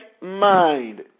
mind